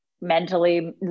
mentally